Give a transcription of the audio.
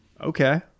Okay